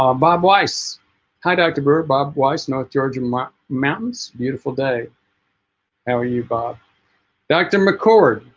bob bob weis hi dr. brewer bob weis north georgia mountains beautiful day how are you bob dr. mcchord